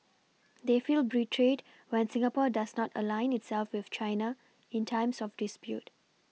they feel betrayed when Singapore does not align itself with China in times of dispute